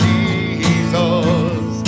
Jesus